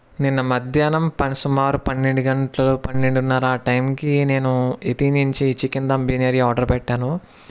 నిన్న మధ్యాహ్నం పన సుమారు పన్నెండు గంటలు పన్నెండున్నర ఆ టైంకి నేను ఎతి నుంచి చికెన్ దమ్ బిర్యానీ ఆర్డర్ పెట్టాను